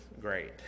great